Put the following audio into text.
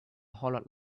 hollered